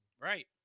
Right